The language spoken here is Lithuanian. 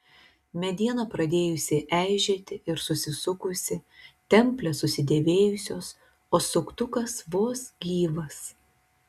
mediena pradėjusi eižėti ir susisukusi templės susidėvėjusios o suktukas vos gyvas